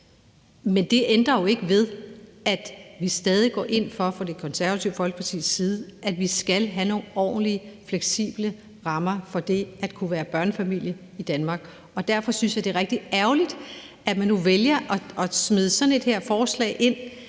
Men det ændrer ikke ved, at vi stadig går ind for fra Det Konservative Folkepartis side, at vi skal have nogle ordentlig fleksible rammer for det at kunne være børnefamilie i Danmark. Derfor synes jeg, det er rigtig ærgerligt, at man nu vælger at smide sådan et forslag ind,